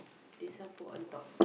this one put on top